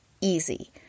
Easy